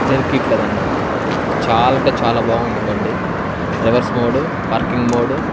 jerk ఇవ్వట్లేదు అన్నా చాలా అంటే చాలా బాగుంది బండి రివర్స్ మోడు వర్కింగ్ మోడు